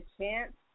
chance